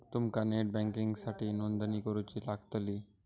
तुमका नेट बँकिंगसाठीही नोंदणी करुची लागतली